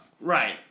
Right